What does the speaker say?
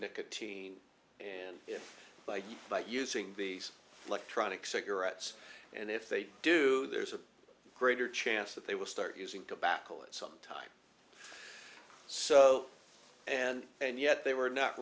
nicotine and if by by using the electronic cigarettes and if they do there's a greater chance that they will start using tobacco at some time so and and yet they were not